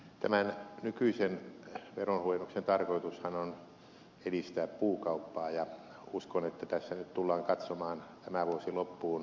tämän nykyisen veronhuojennuksen tarkoitushan on edistää puukauppaa ja uskon että tässä nyt tullaan katsomaan tämä vuosi loppuun tällä lainsäädännöllä